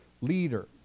leader